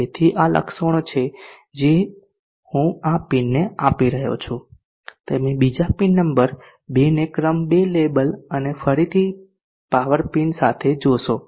તેથી આ લક્ષણો છે જે હું આ પિનને આપી રહ્યો છું તમે બીજા પિન નંબર 2 ને ક્રમ 2 લેબલ અને ફરીથી પાવર પિન સાથે જોશો